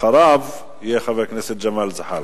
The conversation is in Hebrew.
אחריו, חבר הכנסת ג'מאל זחאלקה.